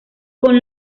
con